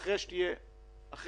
אחרי שתהיה ממשלה,